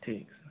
ठीक सर